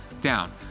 down